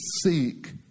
seek